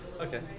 Okay